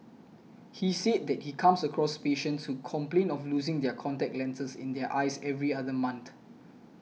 he said that he comes across patients who complain of losing their contact lenses in their eyes every other month